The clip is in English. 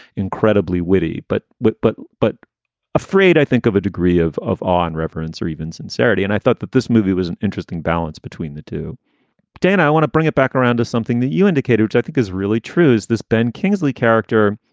incredibly witty. but but but but afraid, i think of a degree of of on reverence or even sincerity. and i thought that this movie was an interesting balance between the two dana, i want to bring it back around to something that you indicated i think is really true. is this ben kingsley character?